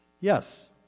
Yes